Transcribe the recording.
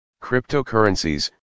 Cryptocurrencies